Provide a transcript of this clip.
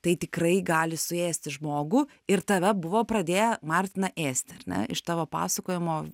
tai tikrai gali suėsti žmogų ir tave buvo pradėję martina ėsti ar ne iš tavo pasakojimo